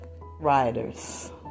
riders